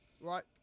Right